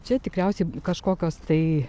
čia tikriausiai kažkokios tai